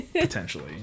Potentially